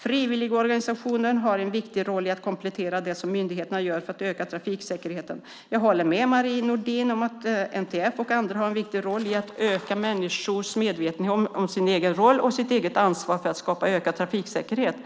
Frivilligorganisationer har en viktig roll i att komplettera det som myndigheterna gör för att öka trafiksäkerheten. Jag håller med Marie Nordén om att NTF och andra har en viktig roll i att öka människors medvetenhet om sin egen roll och sitt eget ansvar för att skapa ökad trafiksäkerhet.